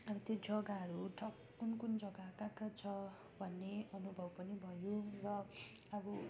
अब त्यो जगाहरू ठिक कुन कुन जग्गा कहाँ कहाँ छ भन्ने अनुभव पनि भयो र अब